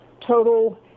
total